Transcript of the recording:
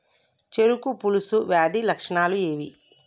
చెరుకు పొలుసు వ్యాధి లక్షణాలు ఏవి?